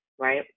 right